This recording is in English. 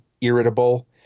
irritable